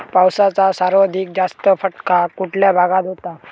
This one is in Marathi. पावसाचा सर्वाधिक जास्त फटका कुठल्या भागात होतो?